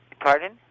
Pardon